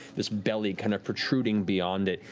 this belly kind of protruding beyond it.